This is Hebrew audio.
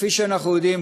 כפי שאנחנו יודעים,